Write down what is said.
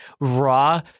raw